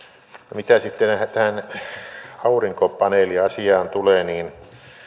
mitä sitten tähän aurinkopaneeliasiaan tulee niin